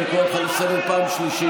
אני קורא אותך לסדר פעם שנייה.